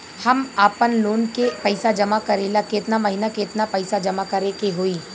हम आपनलोन के पइसा जमा करेला केतना महीना केतना पइसा जमा करे के होई?